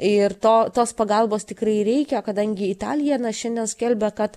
ir to tos pagalbos tikrai reikia kadangi italija na šiandien skelbia kad